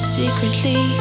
secretly